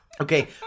okay